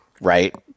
right